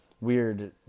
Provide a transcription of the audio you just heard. weird